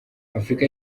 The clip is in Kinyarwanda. afurika